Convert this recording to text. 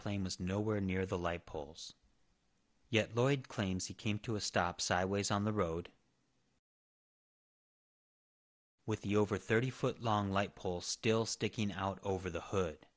plane was nowhere near the light poles yet lloyd claims he came to a stop sideways on the road with the over thirty foot long light pole still sticking out over the hood